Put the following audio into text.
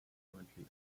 currently